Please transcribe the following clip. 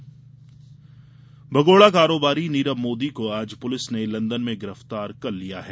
नीरव मोदी गिरफ्तार भगोड़े कारोबारी नीरव मोदी को आज पुलिस ने लंदन में गिरफ्तार कर लिया है